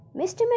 Mr